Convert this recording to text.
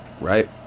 right